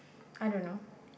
I don't know